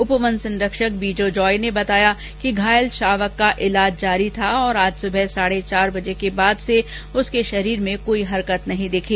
उपवन संरक्षक बीजो जॉय ने बताया कि घायल शावक का इलाज जारी था और आज सुबह साढे चार बजे के बाद से उसके शरीर में कोई हरकत नहीं दिखी